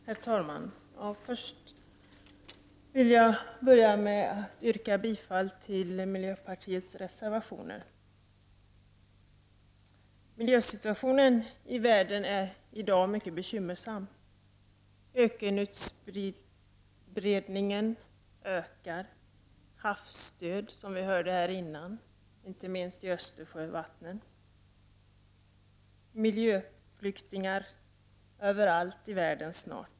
Herr talman! Jag vill börja med att yrka bifall till miljöpartiets reservationer. Miljösituationen i världen är i dag mycket bekymmersam. Jag tänker på att ökenutbredningen ökar, på havsdöden, inte minst i Östersjöns vatten och på miljöflyktingar överallt i världen snart.